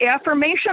affirmation